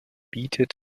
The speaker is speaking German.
bietet